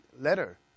letter